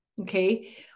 okay